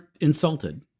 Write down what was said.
insulted